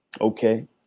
okay